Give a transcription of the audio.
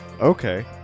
Okay